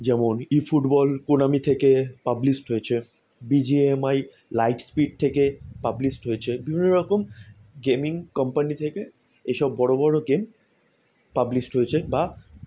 যেমন ই ফুটবল প্রনামী থেকে পাব্লিশড হয়েছে B G M I light speed থেকে পাব্লিশড হয়েছে বিভিন্ন রকম গেমিং কোম্পানি থেকে এসব বড়ো বড়ো গেম পাব্লিশড হয়েছে বা